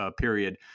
period